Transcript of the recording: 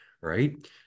right